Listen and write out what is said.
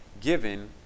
given